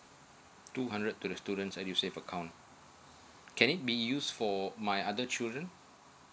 two hundred to the students edusave account can it be use for my other children